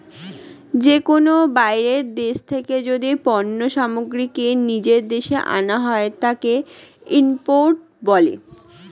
যে কোনো বাইরের দেশ থেকে যদি পণ্য সামগ্রীকে নিজের দেশে আনা হয়, তাকে ইম্পোর্ট বলে